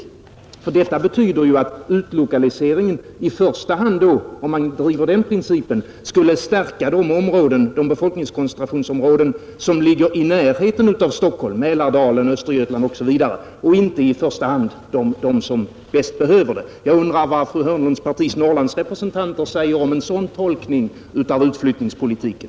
Om man drev den principen skulle ju utlokaliseringen i första hand stärka de befolkningskoncentrationsområden som ligger i närheten av Stockholm — Mälardalen, Östergötland, osv. — och inte i första hand de områden som bäst behöver det. Jag undrar vad fru Hörnlunds partis Norrlandsrepresentanter säger om en sådan tolkning av utflyttningspolitiken.